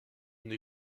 une